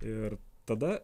ir tada